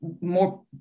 more